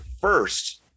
first